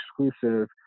exclusive